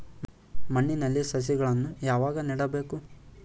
ಮಣ್ಣಿನಲ್ಲಿ ಸಸಿಗಳನ್ನು ಯಾವಾಗ ನೆಡಬೇಕು?